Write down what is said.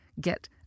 get